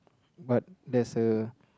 but there's a